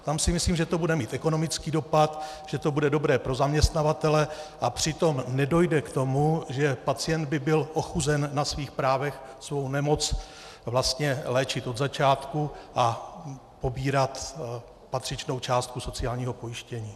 Tam si myslím, že to bude mít ekonomický dopad, že to bude dobré pro zaměstnavatele a přitom nedojde k tomu, že pacient by byl ochuzen na svých právech svou nemoc vlastně léčit od začátku a pobírat patřičnou částku sociálního pojištění.